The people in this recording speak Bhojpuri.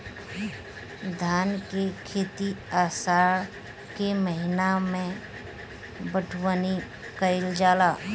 धान के खेती आषाढ़ के महीना में बइठुअनी कइल जाला?